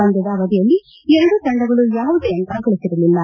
ಪಂದ್ನದ ಅವಧಿಯಲ್ಲಿ ಎರಡು ತಂಡಗಳು ಯಾವುದೇ ಅಂಕ ಗಳಿಸಿರಲಿಲ್ಲ